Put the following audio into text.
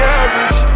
average